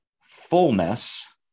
fullness